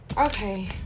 Okay